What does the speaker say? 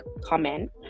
comment